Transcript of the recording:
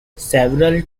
several